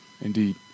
Indeed